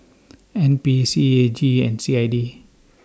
N P C A G and C I D